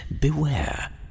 beware